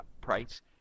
Price